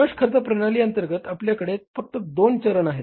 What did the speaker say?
शोष खर्च प्रणाली अंतर्गत आपल्याकडे फक्त दोन चरण आहेत